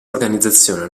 organizzazione